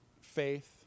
faith